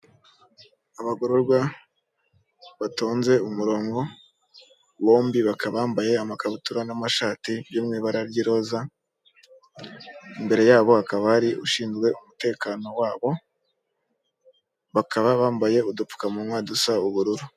Abagororwa batonze umurongo, bombi bakaba bambaye amakabutura n'amashati byo mu ibara ry'iroza, imbere yabo hakaba hari ushinzwe umutekano wabo, bakaba bambaye udupfukamunwa dusa ubururu.